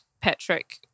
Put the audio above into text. Patrick